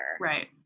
Right